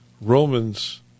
Romans